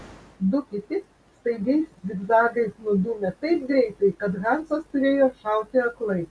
du kiti staigiais zigzagais nudūmė taip greitai kad hansas turėjo šauti aklai